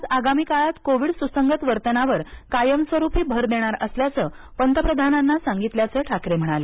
राज्यात आगामी काळात कोविड सुसंगत वर्तनावर कायमस्वरूपी भर देणार असल्याचं पंतप्रधानांना सांगितल्याच ठाकरे म्हणाले